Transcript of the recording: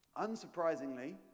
unsurprisingly